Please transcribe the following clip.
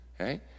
Okay